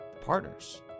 partners